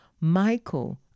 Michael